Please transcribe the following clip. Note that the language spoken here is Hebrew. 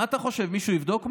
מה אתה חושב, מישהו יבדוק משהו,